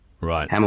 Right